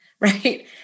right